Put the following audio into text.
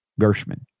Gershman